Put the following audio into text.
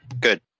Good